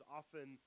often